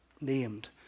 named